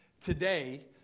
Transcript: Today